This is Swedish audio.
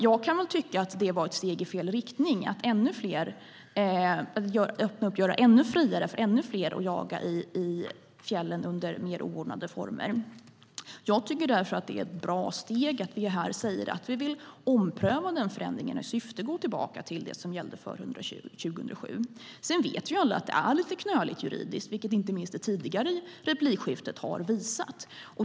Jag kan tycka att det var ett steg i fel riktning att göra det ännu friare för ännu fler att jaga i fjällen under mer oordnade former. Jag tycker därför att det är ett bra steg att vi här säger att vi vill ompröva den förändringen i syfte att gå tillbaka till det som gällde före 2007. Sedan vet alla att det är lite knöligt juridiskt, vilket inte minst det tidigare replikskiftet har visat.